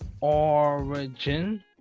origin